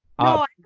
No